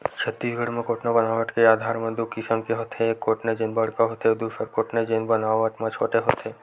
छत्तीसगढ़ म कोटना बनावट के आधार म दू किसम के होथे, एक कोटना जेन बड़का होथे अउ दूसर कोटना जेन बनावट म छोटे होथे